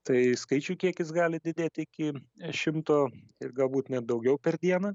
tai skaičių kiekis gali didėti iki šimto ir galbūt net daugiau per dieną